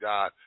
God